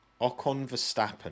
Ocon-Verstappen